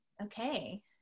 Okay